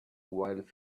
while